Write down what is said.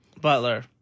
Butler